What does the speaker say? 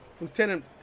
Lieutenant